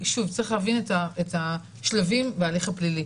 צריך להבין את השלבים בהליך הפלילי.